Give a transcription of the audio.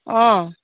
অঁ